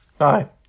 Hi